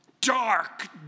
dark